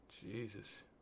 Jesus